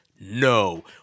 no